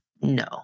no